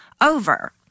over